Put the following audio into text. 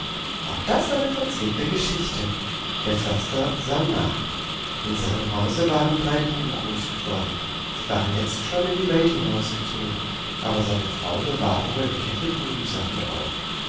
war das eine verzwickte geschichte der förster sann nach in seinem hause waren drei buben groß geworden sie waren jetzt schon in die welt hinausgezogen aber seine frau bewahrte wohl etliche bubensachen auf